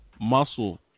muscle